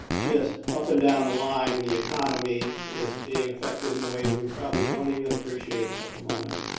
just up and down the line the economy is being affected in ways we probably don't even appreciate at the moment.